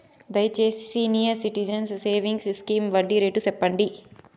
దయచేసి senior citizens savings scheme వడ్డీ rate సెప్పండి